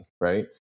right